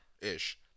ish